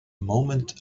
moment